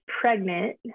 pregnant